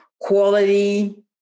quality